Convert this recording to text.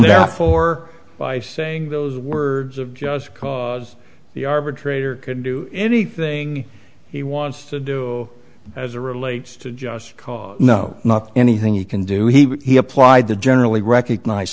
out for by saying those words of just because the arbitrator could do anything he wants to do as a relates to just cause no not anything you can do he applied the generally recognize